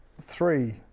three